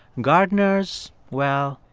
gardeners, well.